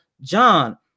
John